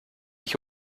ich